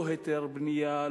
לא היתר בנייה,